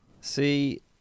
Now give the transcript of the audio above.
See